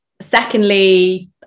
Secondly